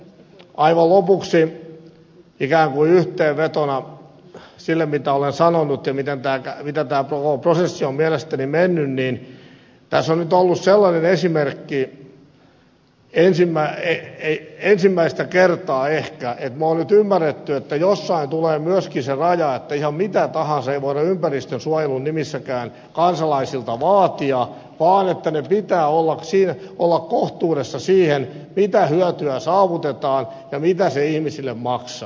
aivan lopuksi ikään kuin yhteenvetona sille mitä olen sanonut ja miten tämä koko prosessi on mielestäni mennyt tässä on ollut sellainen esimerkki ensimmäistä kertaa ehkä että me olemme nyt ymmärtäneet että jossain tulee myöskin se raja että ihan mitä tahansa ei voida ympäristönsuojelun nimissäkään kansalaisilta vaatia vaan vaatimusten pitää olla kohtuudessa siihen nähden mitä hyötyä saavutetaan ja mitä se ihmisille maksaa